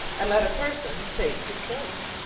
and let a person take his choice.